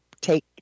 take